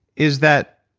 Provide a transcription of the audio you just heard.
is that